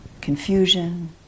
confusion